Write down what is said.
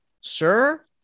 sir